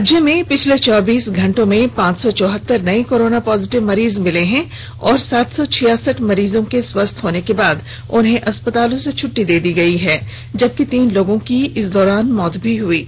राज्य में पिछले चौबीस घंटों में पांच सौ चौहत्तर नये कोरोना पॉजिटिव मरीज मिले हैं और सात सौ छियासठ मरीजों को स्वस्थ होने के बाद अस्पताल से छट्टी मिली है जबकि तीन लोगों की मौत हो गई हैं